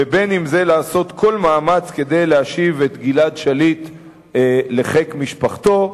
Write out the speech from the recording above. ובין אם זה לעשות כל מאמץ כדי להשיב את גלעד שליט לחיק משפחתו.